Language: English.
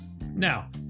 Now